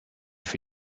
for